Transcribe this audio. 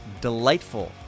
delightful